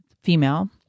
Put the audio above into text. female